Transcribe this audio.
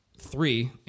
three